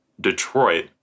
Detroit